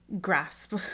grasp